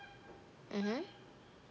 mmhmm